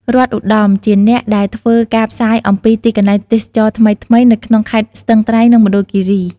រដ្ឋ ឧត្តម ជាអ្នកដែលធ្វើការផ្សាយអំពីទីកន្លែងទេសចរណ៍ថ្មីៗនៅក្នុងខេត្តស្ទឹងត្រែង និងមណ្ឌលគិរី។